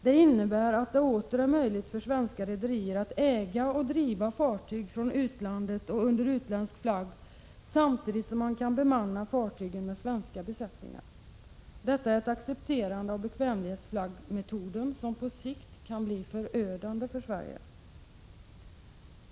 Det innebär att det åter är möjligt för svenska rederier att äga och driva fartyg från utlandet och under utländsk flagg samtidigt som man kan bemanna fartygen med svenska besättningar. Detta är ett accepterande av bekvämlighetsflaggmetoden som på sikt kan bli förödande för Sverige.